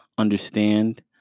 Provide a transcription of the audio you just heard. Understand